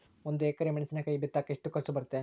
ಒಂದು ಎಕರೆ ಮೆಣಸಿನಕಾಯಿ ಬಿತ್ತಾಕ ಎಷ್ಟು ಖರ್ಚು ಬರುತ್ತೆ?